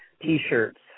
T-shirts